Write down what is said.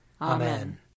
Amen